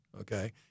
okay